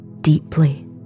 deeply